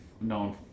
known